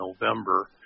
November